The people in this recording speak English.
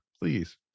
Please